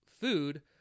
food